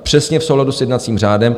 Přesně v souladu s jednacím řádem.